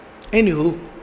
Anywho